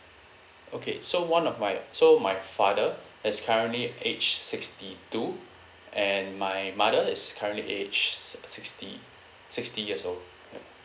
okay so one of my so might father is currently age sixty two and my mother is currently age sixty sixty years old ya